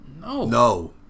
No